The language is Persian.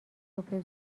صبح